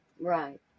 Right